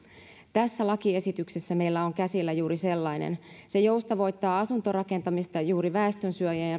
tässä lakiesityksessä meillä on käsillä juuri sellainen se joustavoittaa asuntorakentamista juuri väestönsuojien